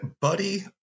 Buddy